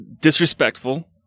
disrespectful